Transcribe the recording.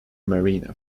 marina